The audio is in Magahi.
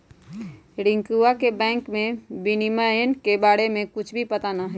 रियंकवा के बैंक विनियमन के बारे में कुछ भी पता ना हई